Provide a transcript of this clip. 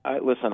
Listen